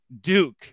Duke